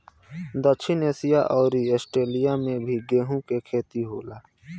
दक्षिण एशिया अउर आस्ट्रेलिया में भी गेंहू के खेती होला